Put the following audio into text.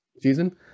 season